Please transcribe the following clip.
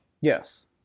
Yes